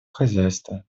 хозяйства